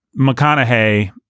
mcconaughey